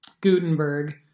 Gutenberg